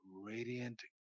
radiant